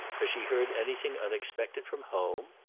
has she heard anything unexpected from home?